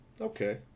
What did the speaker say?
Okay